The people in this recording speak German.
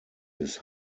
des